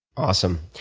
awesome.